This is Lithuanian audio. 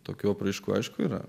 tokių apraiškų aišku yra